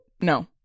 no